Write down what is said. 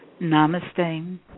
Namaste